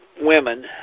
women